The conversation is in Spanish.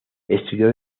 estudió